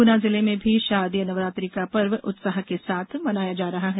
गुना जिले में भी शारदीय नवरात्रि का पर्व उत्साह के साथ मनाया मनाया जा रहा है